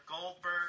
Goldberg